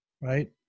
right